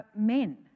men